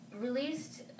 released